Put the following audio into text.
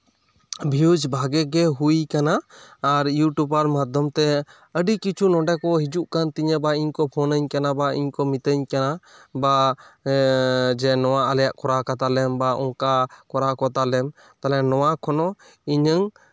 views ᱵᱷᱟᱜᱮ ᱜᱮ ᱦᱩᱭ ᱠᱟᱱᱟ ᱟᱨ ᱤᱭᱩᱴᱤᱭᱩᱵᱟᱨ ᱢᱟᱫᱽᱫᱷᱚᱢ ᱛᱮ ᱟᱹᱰᱤ ᱠᱤᱪᱷᱩ ᱱᱚᱰᱮ ᱠᱚ ᱦᱤᱡᱩᱜ ᱠᱟᱱ ᱛᱤᱧᱟᱹ ᱠᱚ ᱯᱷᱳᱱᱟᱹᱧ ᱠᱟᱱᱟ ᱵᱟ ᱤᱧᱠᱚ ᱢᱤᱛᱟᱹᱧ ᱠᱟᱱᱟ ᱵᱟ ᱮᱸ ᱡᱮ ᱱᱚᱣᱟ ᱟᱞᱮᱭᱟᱜ ᱠᱚᱨᱟᱣ ᱠᱟᱛᱟᱞᱮᱢ ᱵᱟ ᱚᱱᱠᱟ ᱠᱚᱨᱟᱣ ᱠᱟᱛᱟᱞᱮᱢ ᱛᱟᱦᱞᱮ ᱱᱚᱣᱟ ᱠᱷᱚᱱ ᱦᱚᱸ ᱤᱧᱟᱹᱝ